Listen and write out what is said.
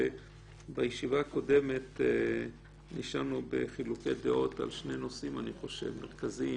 בישיבה הקודמת נשארנו עם חילוקי דעות על שני נושאים מרכזים: